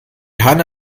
hanna